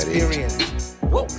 experience